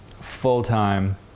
full-time